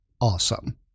awesome